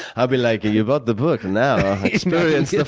i'll be like, you bought the book. and now experience you know